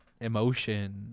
emotion